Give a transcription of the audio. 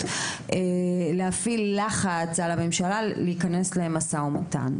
להפעיל לחץ על הממשלה להיכנס למו"מ.